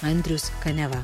andrius kaniava